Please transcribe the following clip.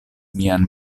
mian